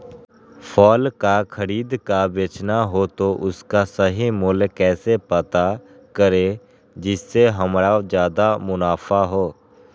फल का खरीद का बेचना हो तो उसका सही मूल्य कैसे पता करें जिससे हमारा ज्याद मुनाफा हो?